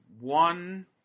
one